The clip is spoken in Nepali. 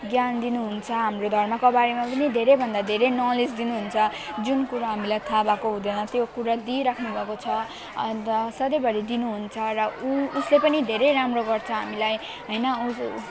ज्ञान दिनुहुन्छ हाम्रो धर्मको बारेमा पनि धेरैभन्दा धेरै नलेज दिनुहुन्छ जुन कुरो हामीलाई थाहा भएको हुँदैन त्यो कुरा दिइराख्नुभको छ अनि त सधैँभरि दिनुहुन्छ र ऊ उसले पनि धेरै राम्रो गर्छ हामीलाई हैन ऊ